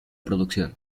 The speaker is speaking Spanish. producción